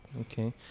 Okay